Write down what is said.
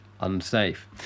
unsafe